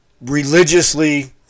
religiously